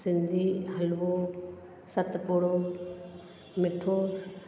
सिंधी हलवो सतपुड़ो मिठो